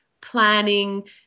planning